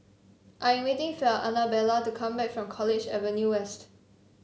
I am waiting for Anabella to come back from College Avenue West